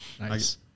Nice